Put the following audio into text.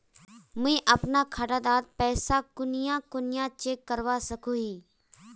मुई अपना खाता डात पैसा कुनियाँ कुनियाँ चेक करवा सकोहो ही?